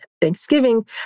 Thanksgiving